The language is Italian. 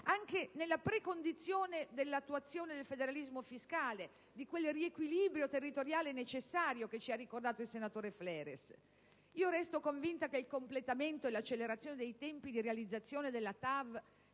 anche nella precondizione dell'attuazione del federalismo fiscale, di quel riequilibrio territoriale necessario che ci ha ricordato il senatore Fleres. Resto convinta che il completamente e l'accelerazione dei tempi di realizzazione della TAV